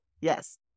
yes